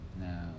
Now